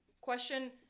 question